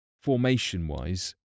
formation-wise